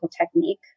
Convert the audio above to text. technique